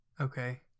Okay